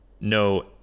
no